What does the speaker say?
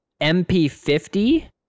mp50